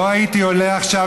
לא הייתי עולה עכשיו